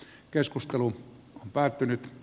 keskustelu on päättynyt